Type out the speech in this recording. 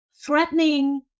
threatening